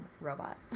robot